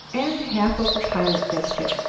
and half of a pilot biscuit.